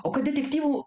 o kad detektyvų